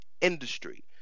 industry